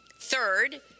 Third